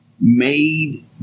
made